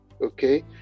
okay